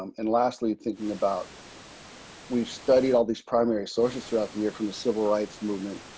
um and lastly, thinking about we've studied all these primary sources throughout the year from the civil rights movement,